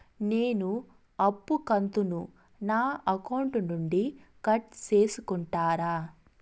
నేను అప్పు కంతును నా అకౌంట్ నుండి కట్ సేసుకుంటారా?